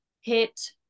hit